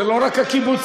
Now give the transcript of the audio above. זה לא רק לקיבוצים,